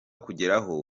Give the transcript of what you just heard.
kugeraho